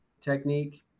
technique